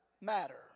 matter